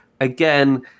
again